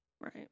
right